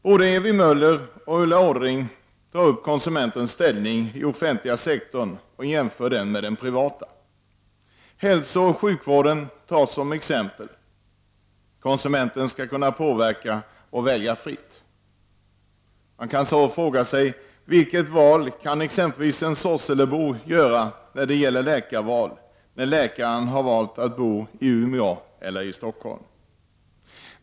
Både Ewy Möller och Ulla Orring tog upp konsumenternas ställning i den offentliga sektorn och jämförde den med konsumenternas ställning på den privata sektorn. Hälsooch sjukvården togs som exempel. Konsumenten skall kunna påverka och välja fritt. Man kan fråga sig: Vilket val kan exempelvis en Sorselebo göra när det gäller läkarvård när läkaren har valt att bo i Umeå eller i Stockholm?